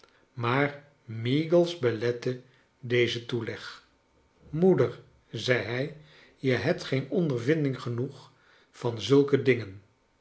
maar meagles belette dezen toeleg moeder zei hij je hebt geen ondervinding genoeg van zulke dingen